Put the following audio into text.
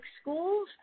schools